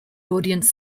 audience